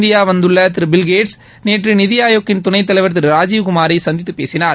India வந்துள்ள திரு Bill Gates நேற்று நித்தி ஆயோக்கின் துணைத் தலைவர் திரு ராஜீவ்குமாரை சந்தித்து பேசினார்